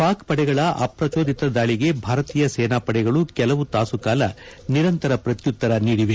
ಪಾಕ್ ಪಡೆಗಳ ಅಪ್ರಚೋದಿತ ದಾಳಿಗೆ ಭಾರತೀಯ ಸೇನಾ ಪಡೆಗಳು ಕೆಲವು ತಾಸು ಕಾಲ ನಿರಂತರ ಪ್ರತ್ಯುತ್ತರ ನೀಡಿವೆ